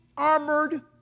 armored